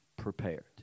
prepared